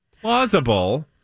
plausible